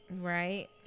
Right